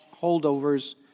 holdovers